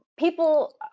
People